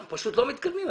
אנחנו פשוט לא מתקדמים.